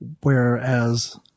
whereas